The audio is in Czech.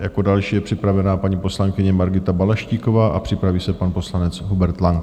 Jako další je připravena paní poslankyně Margita Balaštíková a připraví se pan poslanec Hubert Lang.